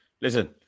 Listen